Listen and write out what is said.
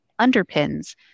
underpins